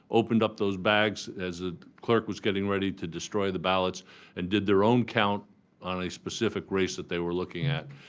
opened up those bags, as the ah clerk was getting ready to destroy the ballots and did their own count on a specific race that they were looking at.